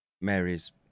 mary's